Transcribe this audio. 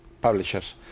publishers